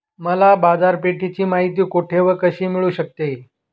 मला बाजारपेठेची माहिती कुठे व कशी मिळू शकते?